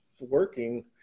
working